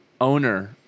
owner